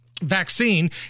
Vaccine